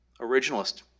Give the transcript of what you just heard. originalist